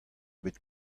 bet